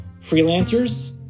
freelancers